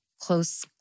close